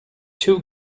two